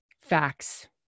facts